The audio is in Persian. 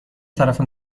طرف